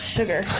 sugar